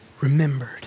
remembered